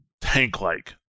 tank-like